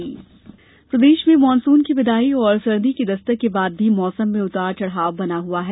मौसम प्रदेश में मानसून की विदाई और सर्दी की दस्तक के बाद भी मौसम में उतार चढ़ाव बना हुआ है